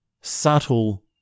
subtle